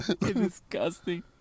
disgusting